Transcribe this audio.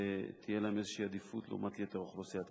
תהיה להם איזו עדיפות לעומת יתר אוכלוסיית הסטודנטים.